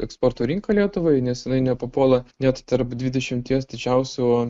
eksporto rinka lietuvai nes jinai nepapuola net tarp dvidešimties didžiausių